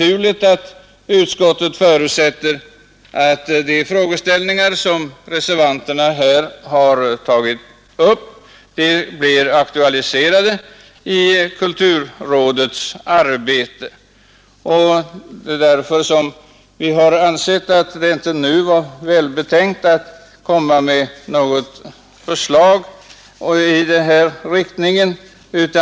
Utskottet förutsätter att de frågeställningar som reservanterna har tagit upp blir aktualiserade i kulturrådets arbete, och därför har vi ansett att det inte nu vore välbetänkt att föreslå något i den riktningen.